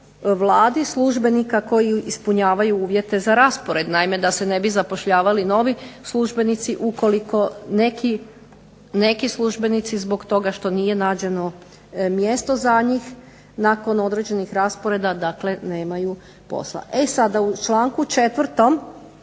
Vladi službenika koji ispunjavaju uvjete za raspored. Naime, da se ne bi zapošljavali novi službenici ukoliko neki službenici zbog toga što nije nađeno mjesto za njih nakon određenih rasporeda, dakle nemaju posla. E sada, u članku 4.